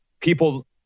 people